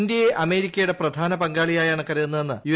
ഇന്ത്യയെ അമേരിക്കയുടെ പ്രധാന പങ്കാളിയായാണ് കരുതുന്നതെന്ന് യു